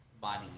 body